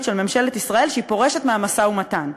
של ממשלת ישראל שהיא פורשת מהמשא-ומתן,